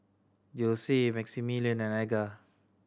Jose Maximillian and Edgar